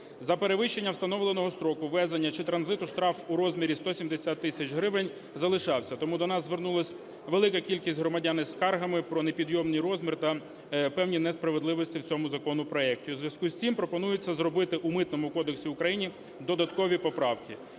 За перевищення встановленого строку ввезення чи транзиту штраф у розмірі 170 тисяч гривень залишався, тому до нас звернулася велика кількість громадян із скаргами про непідйомний розмір та певні несправедливості в цьому законопроекті. У зв'язку з цим пропонується зробити у Митному кодексі України додаткові поправки.